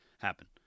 happen